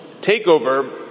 takeover